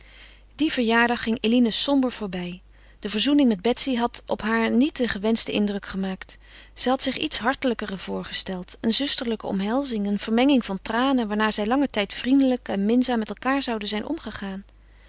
die verjaardag ging eline somber voorbij de verzoening met betsy had op haar niet den gewenschten indruk gemaakt zij had zich iets hartelijkere voorgesteld een zusterlijke omhelzing een vermenging van tranen waarna zij langen tijd vriendelijk en minzaam met elkaâr zouden zijn omgegaan